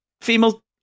female